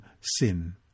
sin